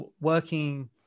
working